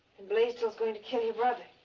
and blaisdell's going to kill your